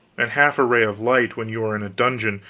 and half a ray of light, when you are in a dungeon,